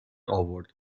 آورد